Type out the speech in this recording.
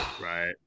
Right